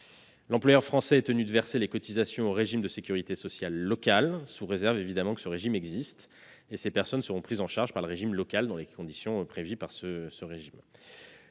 L'employeur français est, dans ce cas, tenu de verser les cotisations au régime local de sécurité sociale, sous réserve, évidemment, que ce régime existe ; ces personnes seront prises en charge par le régime local dans les conditions prévues par ledit régime.